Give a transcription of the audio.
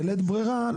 בלית ברירה,